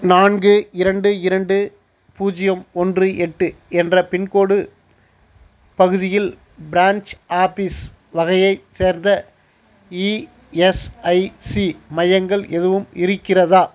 நான்கு இரண்டு இரண்டு பூஜ்ஜியம் ஓன்று எட்டு என்ற பின்கோடு பகுதியில் பிரான்ச் ஆஃபீஸ் வகையைச் சேர்ந்த இஎஸ்ஐசி மையங்கள் எதுவும் இருக்கிறதா